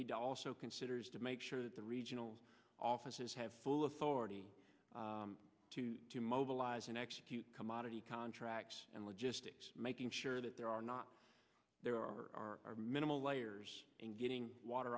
need to also consider is to make sure that the regional offices have full authority to to mobilize and execute commodity contracts and logistics making sure that there are not there are minimal layers and getting